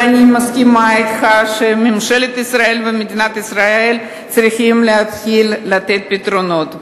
ואני מסכימה אתך שממשלת ישראל ומדינת ישראל צריכות להתחיל לתת פתרונות.